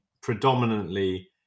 predominantly